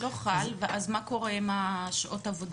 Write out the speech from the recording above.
החוק לא חל ואז מה קורה עם שעות העבודה והמנוחה?